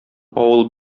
авыл